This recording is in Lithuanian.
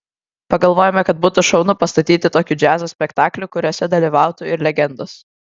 pagalvojome kad būtų šaunu pastatyti tokių džiazo spektaklių kuriuose dalyvautų ir legendos